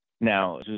Now